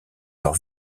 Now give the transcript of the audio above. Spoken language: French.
leur